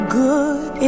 good